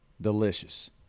delicious